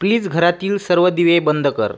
please घरातील सर्व दिवे बंद कर